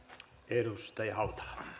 arvoisa